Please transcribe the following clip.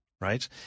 right